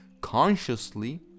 consciously